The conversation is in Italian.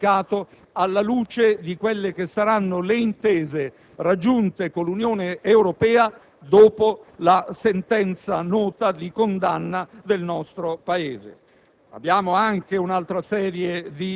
che dovrà essere modificato alla luce delle intese che saranno raggiunte con l'Unione Europea dopo la nota sentenza di condanna del nostro Paese.